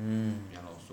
mm